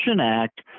Act